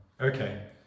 Okay